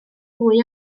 hwy